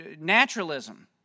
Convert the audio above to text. Naturalism